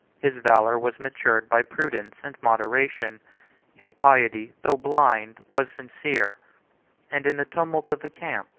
his valor was matured by prudence and moderation his piety, though blind, was sincere and, in the tumult of a camp,